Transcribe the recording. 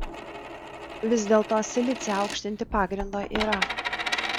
vis dėlto silicį aukštinti pagrindo yra